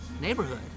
neighborhood